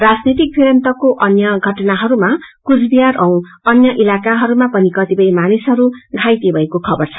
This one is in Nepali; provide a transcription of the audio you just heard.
राजनैतिक भिड़न्तहरूको अन्य घटनाहरूमा कुचबिहार औ अन्य इलाकाहरूमा पनि कतिपय मानिसहरू घाइते भएको खबर छ